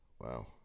Wow